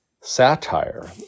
satire